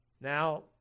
Now